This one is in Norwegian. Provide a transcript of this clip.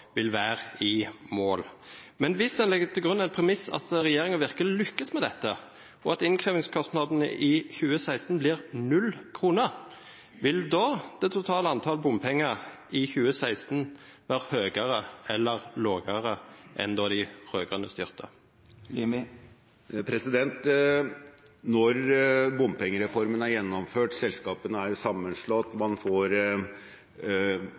vil være i mål. Men hvis en legger til grunn et premiss, at regjeringen virkelig lykkes med dette, og at innkrevingskostnadene i 2016 blir null kroner, vil da det totale antall bompenger i 2016 være høyere eller lavere enn da de rød-grønne styrte? Når bompengereformen er gjennomført, selskapene er sammenslått, og man får